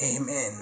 Amen